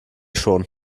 schon